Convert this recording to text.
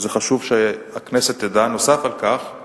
וזה חשוב שהכנסת תדע, החלטנו,